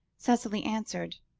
cicely answered.